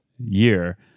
Year